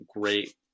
great